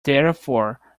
therefore